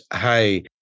hey